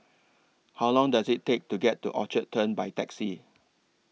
How Long Does IT Take to get to Orchard Turn By Taxi